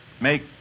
make